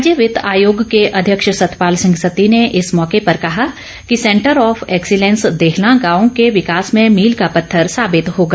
राज्य वित्त आयोग के अध्यक्ष सतपाल सिंह सत्ती ने इस मौके पर कहा कि सेंटर ऑफ एक्सीलेंस देहलां गांव के विकास में मील का पत्थर साबित होगा